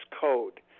code